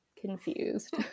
Confused